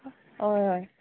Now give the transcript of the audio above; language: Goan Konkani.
हय हय